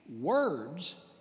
words